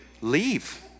leave